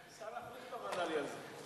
שר הפנים כבר ענה לי על זה.